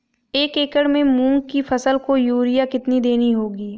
दस एकड़ में मूंग की फसल को यूरिया कितनी देनी होगी?